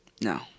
no